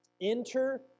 enter